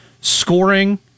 scoring